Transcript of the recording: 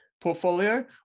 portfolio